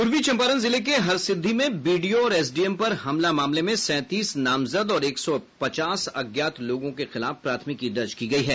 पूर्वी चंपारण जिले के हरसिद्दी में बीडीओ और एसडीएम पर हमला के मामले में सैंतीस नामजद और एक सौ पचास अज्ञात लोगों के खिलाफ प्राथमिकी दर्ज की गयी है